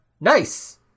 Nice